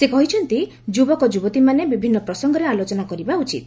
ସେ କହିଛନ୍ତି ଯୁବକ ଯୁବତୀମାନେ ବିଭିନ୍ନ ପ୍ରସଙ୍ଗରେ ଆଲୋଚନା କରିବା ଉଚିତ